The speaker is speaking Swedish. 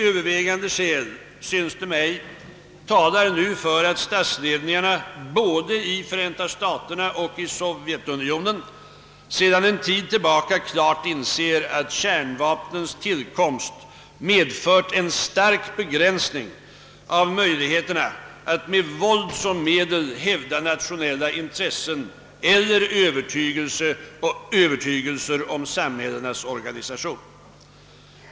Övervägande skäl talar nu, synes det mig, för att statsledningarna både i Förenta staterna och Sovjetunionen sedan en tid tillbaka klart inser att kärnvapnens tillkomst medfört en stark begränsning av möjligheterna att med våld hävda nationella intressen eller olika övertygelser om samhällenas organisation.